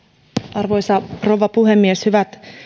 arvoisa rouva puhemies hyvät